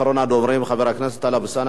אחרון הדוברים, חבר הכנסת טלב אלסאנע.